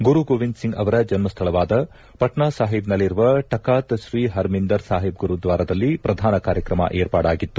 ಗುರುಗೋವಿಂದ್ ಸಿಂಗ್ ಅವರ ಜನಸ್ವಳವಾದ ಪಟ್ನಾಸಾಹಿಬ್ನಲ್ಲಿರುವ ಟಖಾತ್ ಶ್ರೀ ಹರಮಿಂದರ್ ಸಾಹಿಬ್ ಗುರುದ್ವಾರದಲ್ಲಿ ಪ್ರಧಾನ ಕಾರ್ಯಕ್ರಮ ಏರ್ಪಾಡಾಗಿತ್ತು